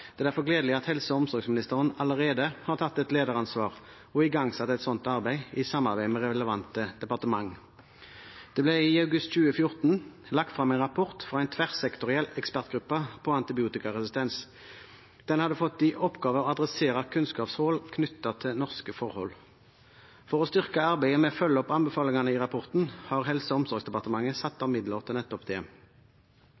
Det er derfor gledelig at helse- og omsorgsministeren allerede har tatt et lederansvar og igangsatt et slikt arbeid i samarbeid med relevante departementer. Det ble i august 2014 lagt frem en rapport fra en tverrsektoriell ekspertgruppe på antibiotikaresistens. Den hadde fått i oppgave å adressere kunnskapsforhold knyttet til norske forhold. For å styrke arbeidet med å følge opp anbefalingene i rapporten har Helse- og omsorgsdepartementet satt av midler til nettopp det.